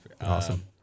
Awesome